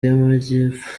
y’amajyepfo